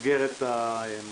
התש"ף-2020